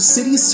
City